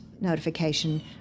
notification